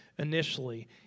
initially